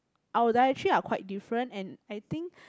our dietary are quite different and I think